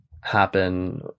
happen